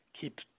keep